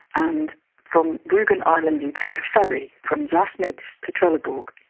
and from rugen island you take a ferry from sassnitz to trelleborg,